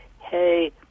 hey